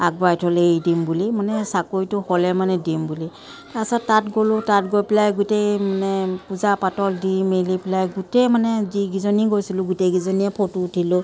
আগবঢ়াই থ'লে এৰি দিম বুলি মানে চাকৰিটো হ'লে মানে দিম বুলি তাৰ পাছত তাত গ'লোঁ তাত গৈ পেলাই গোটেই মানে পূজা পাতল দি মেলি পেলাই গোটেই মানে যিগিজনী গৈছিলোঁ গোটেইগিজনীয়ে ফটো উঠিলোঁ